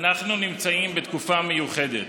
אנחנו נמצאים בתקופה מיוחדת.